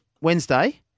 Wednesday